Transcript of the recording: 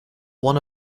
one